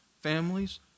families